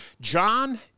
John